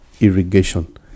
irrigation